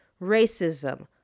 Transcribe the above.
racism